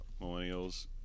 millennials